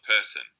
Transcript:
person